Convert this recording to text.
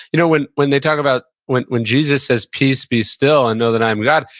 you know when when they talk about, when when jesus says, peace be still, and know that i am god.